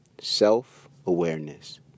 Self-awareness